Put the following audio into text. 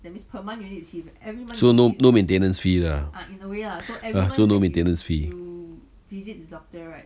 so no no maintanence fee ah so no maintanence fee